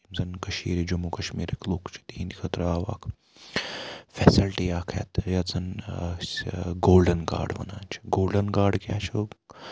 یِم زَن کٔشیٖرِ جموں کَشمیٖرٕکۍ لُکھ چھِ تِہِند خٲطرٕ آو اکھ فیسَلٹۍ اکھ ہیٚتھ یَتھ زَن گولڈَن کارڈ وَنان چھِ گولڈَن کارڈٕکۍ کیاہ چھُ